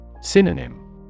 Synonym